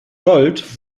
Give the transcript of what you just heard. gold